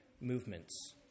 movements